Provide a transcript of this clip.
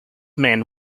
men